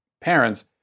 parents